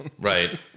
Right